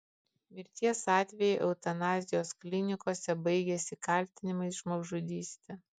mirties atvejai eutanazijos klinikose baigiasi kaltinimais žmogžudyste